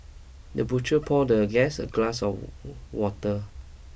the butler pour the guest a glass of water